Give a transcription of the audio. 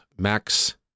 Max